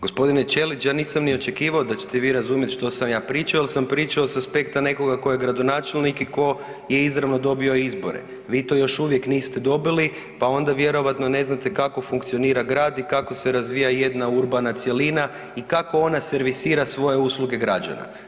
Gospodine Ćelić ja nisam ni očekivao da ćete vi razumjeti što sam ja pričao jel sam pričao sa aspekta nekoga tko je gradonačelnik i ko je izravno dobio izbore, vi to još uvijek niste dobili pa onda vjerojatno ne znate kako funkcionira grad i kako se razvija jedna urbana cjelina i kako ona servisira svoje usluge građana.